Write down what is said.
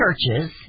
churches